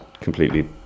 completely